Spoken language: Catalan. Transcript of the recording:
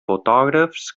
fotògrafs